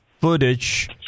footage